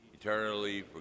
eternally